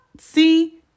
See